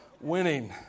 winning